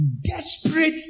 desperate